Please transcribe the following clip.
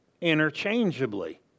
interchangeably